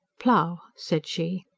plough! said she.